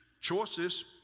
Choices